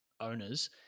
owners –